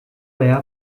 veya